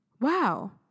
wow